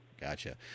Gotcha